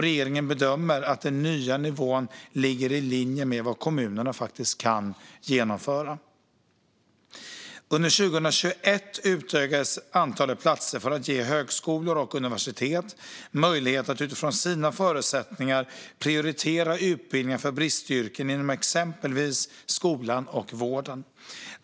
Regeringen bedömer att den nya nivån ligger i linje med vad kommunerna faktiskt kan genomföra. Under 2021 utökades antalet platser för att ge högskolor och universitet möjlighet att utifrån sina förutsättningar prioritera utbildningar för bristyrken inom till exempel skolan och vården.